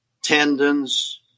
tendons